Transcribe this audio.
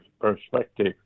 perspective